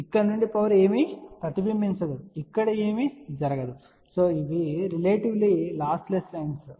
కాబట్టి ఇక్కడ నుండి పవర్ ఏమీ ప్రతిబింబించదు ఇక్కడ ఏమీ జరగదు మరియు ఇవి రిలేటివ్లీ లాస్ లెస్ లైన్స్